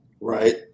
right